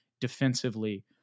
defensively